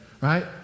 Right